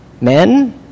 Men